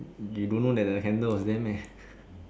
you don't know that the handle was there meh